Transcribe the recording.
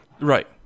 Right